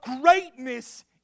greatness